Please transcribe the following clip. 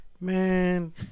man